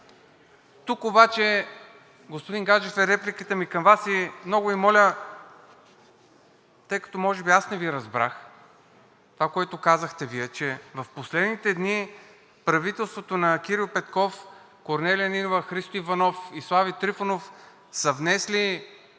Тук обаче, господин Гаджев, е репликата ми към Вас, и много Ви моля, тъй като може би аз не Ви разбрах, това, което казахте Вие, че в последните дни правителството на Кирил Петков, Корнелия Нинова, Христо Иванов и Слави Трифонов са внесли